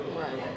right